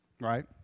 Right